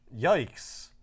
Yikes